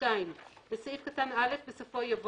הסעיף אושר.